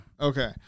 Okay